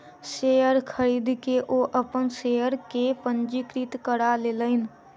share खरीद के ओ अपन शेयर के पंजीकृत करा लेलैन